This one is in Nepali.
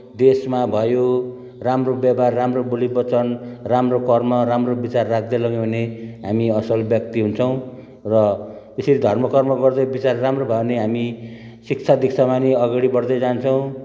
देशमा भयो राम्रो व्यवहार राम्रो बोली वचन राम्रो कर्म राम्रो विचार राख्दै लग्यौँ भने हामी असल व्यक्ति हुन्छौँ र यसरी धर्म कर्म गर्दै विचार राम्रो भयो भने हामी शिक्षा दीक्षामा नि अगाडि बढ्दै जान्छौँ